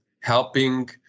helping